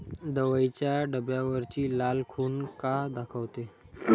दवाईच्या डब्यावरची लाल खून का दाखवते?